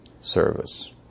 service